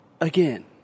Again